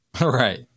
Right